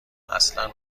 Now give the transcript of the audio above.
اصلا